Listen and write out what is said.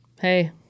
Hey